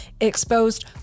exposed